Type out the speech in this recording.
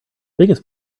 biggest